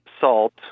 salt